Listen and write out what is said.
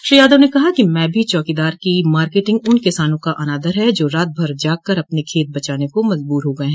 श्री यादव ने कहा कि मैं भी चौकीदार की मार्केटिंग उन किसानों का अनादर है जो रात भर जागकर अपने खेत बचाने पर मजबूर हो गये